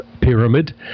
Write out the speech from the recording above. Pyramid